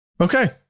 okay